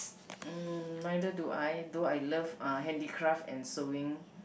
mm neither do I do I love uh handicraft and sewing